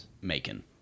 macon